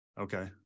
Okay